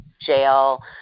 jail